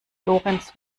lorenz